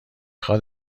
خواد